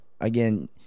again